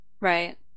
Right